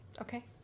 Okay